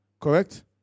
Correct